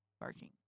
barking